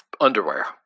underwear